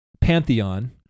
pantheon